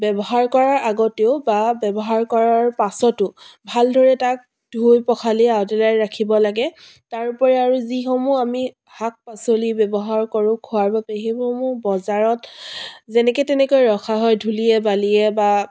ব্যৱহাৰ কৰাৰ আগতেও বা ব্যৱহাৰ কৰাৰ পাছতো ভালদৰে তাক ধুই পখালি আজৰাই ৰাখিব লাগে তাৰ উপৰি আৰু যিসমূহ আমি শাক পাচলি ব্যৱহাৰ কৰোঁ খোৱাৰ বাবে সেইসমূহো বজাৰত যেনেকৈ তেনেকৈ ৰখা হয় ধূলিয়ে বালিয়ে বা